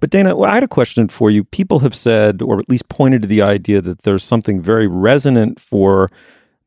but dana, when i had a question for you, people have said or at least pointed to the idea that there's something very resonant for